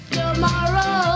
tomorrow